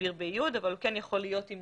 מדביר באיוד, אבל הוא כן יכול להיות עם